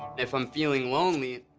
if i'm feeling lonely,